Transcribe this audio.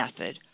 Method